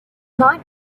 night